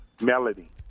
Melody